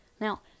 Now